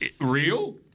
Real